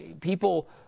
people